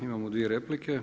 Imamo dvije replike.